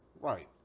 right